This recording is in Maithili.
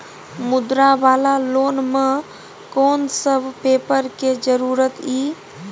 मुद्रा वाला लोन म कोन सब पेपर के जरूरत इ?